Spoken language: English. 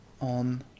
on